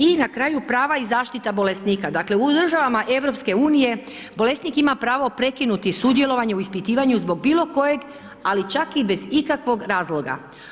I na kraju prava i zaštita bolesnika, dakle u državama EU bolesnik ima pravo prekinuti sudjelovanje u ispitivanju zbog bilo kojeg, ali čak i bez ikakvog razloga.